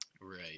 Right